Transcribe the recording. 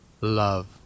Love